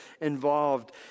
involved